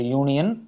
union